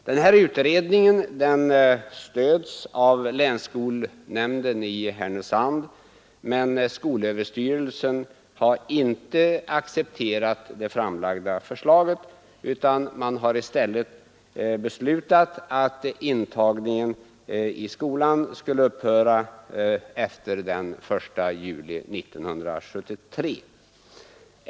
Den här utredningen stöds av länsskolnämnden i Härnösand, men skolöverstyrelsen har inte accepterat det framlagda förslaget utan i stället beslutat att intagningarna till skolan skulle upphöra efter den 1 juli 1973.